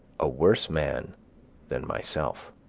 a worse man than myself.